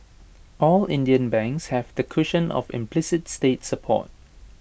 all Indian banks have the cushion of implicit state support